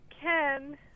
Ken